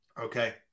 Okay